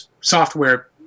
software